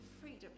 freedom